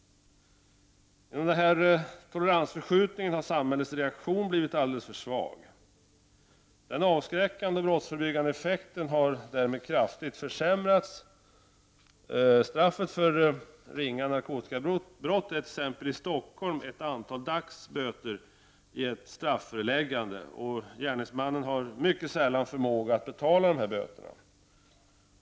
Genom den här toleransförskjutningen har samhällets reaktion blivit alltför svag. Den avskräckande brottsförebyggande effekten har därmed kraftigt försämrats. Straffet för ringa narkotikabrott är t.ex. i Stockholm ett antal dagsböter i ett strafföreläggande, och gärningsmannen har mycket sällan förmåga att betala böterna.